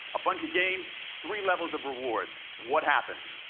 a bunch of games, three levels of rewards. what happens?